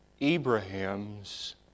Abraham's